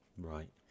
Right